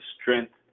strength